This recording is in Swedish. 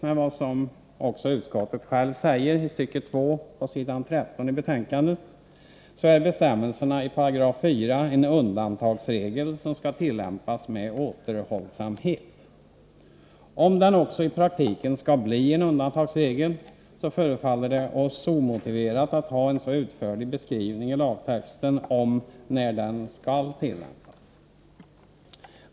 Såsom också utskottet självt säger i stycke två på s. 13 i betänkandet är bestämmelserna i 4§ en undantagsregel, som skall tillämpas med återhållsamhet. Om den också i praktiken skall bli en undantagsregel, förefaller det oss omotiverat att ha en så utförlig beskrivning i lagtexten om när den skall tillämpas.